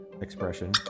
expression